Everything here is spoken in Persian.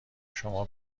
شما